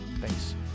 Thanks